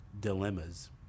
dilemmas